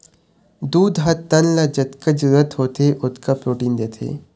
दूद ह तन ल जतका जरूरत होथे ओतका प्रोटीन देथे